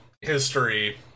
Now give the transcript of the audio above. history